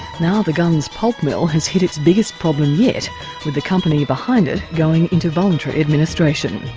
now the gunns pulp mill has hit its biggest problem yet, with the company behind it going into voluntary administration.